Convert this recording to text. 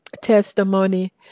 testimony